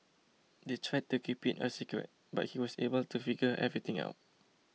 they tried to keep it a secret but he was able to figure everything out